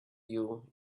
you